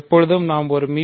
எப்போதும் நாம் ஒரு மி